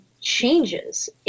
changes